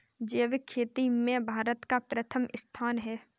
जैविक खेती में भारत का प्रथम स्थान है